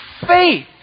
faith